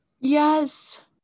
Yes